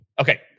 Okay